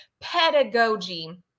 pedagogy